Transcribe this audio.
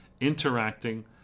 interacting